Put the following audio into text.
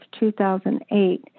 2008